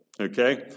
Okay